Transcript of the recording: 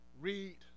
read